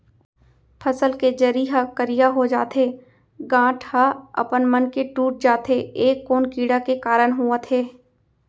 फसल के जरी ह करिया हो जाथे, गांठ ह अपनमन के टूट जाथे ए कोन कीड़ा के कारण होवत हे?